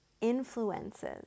influences